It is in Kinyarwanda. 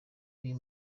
uyu